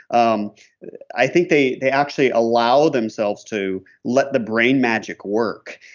um i think they they actually allow themselves to let the brain magic work.